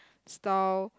style